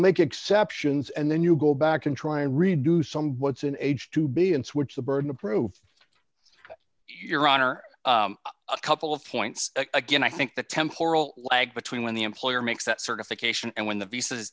make exceptions and then you go back and try and reduce some what's an age to be and switch the burden of proof your honor a couple of points again i think the temporal lag between when the employer makes that certification and when the visas